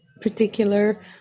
particular